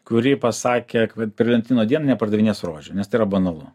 kuri pasakė kad per valentino dieną nepardavinės rožių nes tai yra banalu